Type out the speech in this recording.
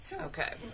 Okay